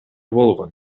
болгон